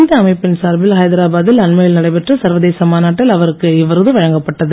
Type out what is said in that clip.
இந்த அமைப்பின் சார்பில் ஐதராபாத்தில் அண்மையில் நடைபெற்ற சர்வதேச மாநாட்டில் அவருக்கு இவ்விருது வழங்கப்பட்டது